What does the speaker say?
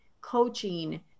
coaching